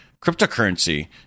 cryptocurrency